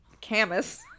Camus